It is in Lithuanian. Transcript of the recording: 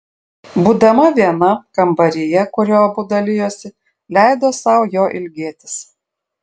būdama viena kambaryje kuriuo abu dalijosi leido sau jo ilgėtis